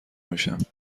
میشم